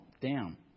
down